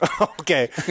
Okay